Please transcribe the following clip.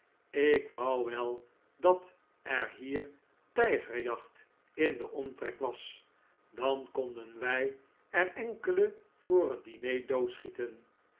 ik wou wel dat er hier tijgerjacht in den omtrek was dan konden wij er enkele voor het diner doodschieten